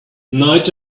night